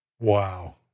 Wow